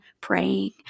praying